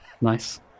Nice